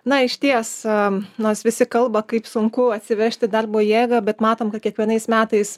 na išties a nors visi kalba kaip sunku atsivežti darbo jėgą bet matom kad kiekvienais metais